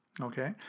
okay